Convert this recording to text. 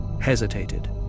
Hesitated